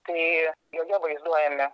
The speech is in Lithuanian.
tai joje vaizduojami